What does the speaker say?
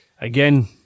again